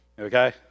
Okay